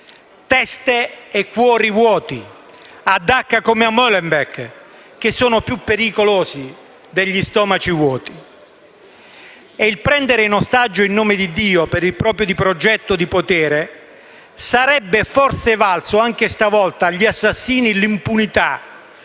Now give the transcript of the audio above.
Teste e cuori vuoti, a Dacca come a Molembeek, sono più pericolosi di stomaci vuoti. E il prendere in ostaggio il nome di Dio per il proprio progetto di potere sarebbe forse valso anche stavolta agli assassini l'impunità,